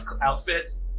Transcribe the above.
outfits